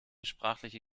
sprachliche